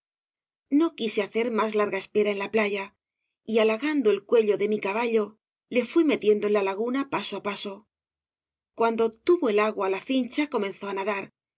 no quise hacer más larga espera en la playa y halagando el cuello de mi caballo le fui metiendo en la laguna paso á paso cuando tuvo el agua á la cincha comenzó á nadar